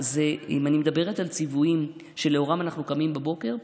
אם אני מדברת על ציוויים שלאורם אנחנו קמים בבוקר,